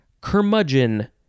curmudgeon